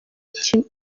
iki